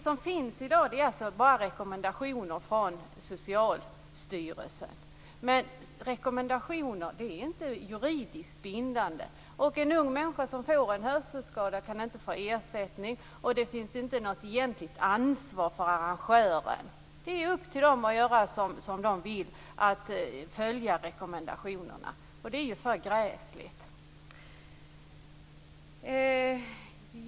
I dag finns rekommendationer från Socialstyrelsen. Men rekommendationer är inte juridiskt bindande. Det är upp till dem att följa rekommendationerna. Det är för gräsligt!